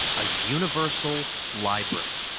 a universal library